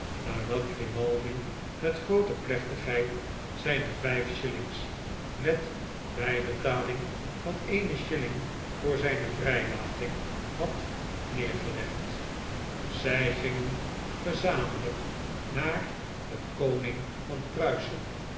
nadat grimaldi met groote plechtigheid zijne vijf shillings met bijbetaling van eene shilling voor zijne vrijlating had neergelegd zij gingen gezamenlp naar den koning van pruisen